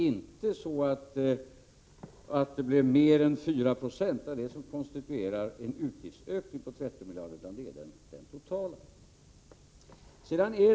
Att avtalen kommer att överstiga 4 90 är inte det som konstituerar en utgiftsökning på 13 miljarder, utan det är den 87 totala lönekostnadsökningen.